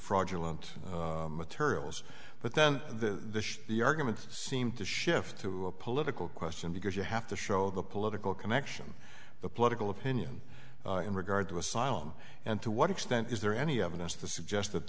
fraudulent materials but then the the arguments seem to shift through a political question because you have to show the political connection the political opinion in regard to asylum and to what extent is there any evidence to suggest that